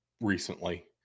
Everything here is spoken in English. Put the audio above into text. recently